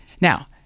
Now